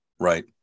Right